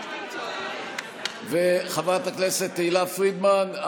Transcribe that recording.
וחברת הכנסת תהלה פרידמן,